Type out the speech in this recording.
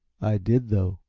i did, though.